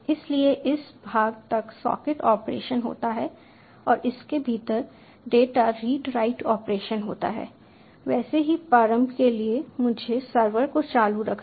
इसलिए इस भाग तक सॉकेट ऑपरेशन होता है और इसके भीतर डेटा रीड राइट ऑपरेशन होता है वैसे ही प्रारंभ के लिए मुझे सर्वर को चालू रखना है